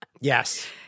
yes